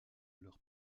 leur